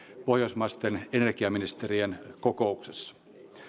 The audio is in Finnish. pohjoismaisten energiaministerien kokouksessa